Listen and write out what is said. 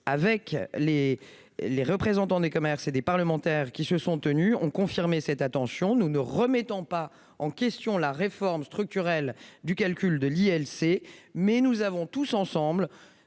avec les représentants des commerces et avec les parlementaires ont confirmé cette intention : nous ne remettons pas en question la réforme structurelle du calcul de l'ILC. Nous avons, tous ensemble,